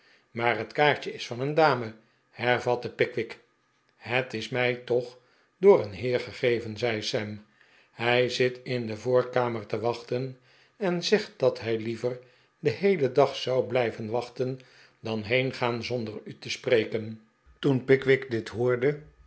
maar het kaartje is van een dame hernam pickwick het is mij toch door een heer gegeven zei sam hij zit in de voorkamer te wachten en zegt dat hij liever den heelen dag zou blijven wachten dan heengaan zonder u te spreken toen pickwick dit hoorde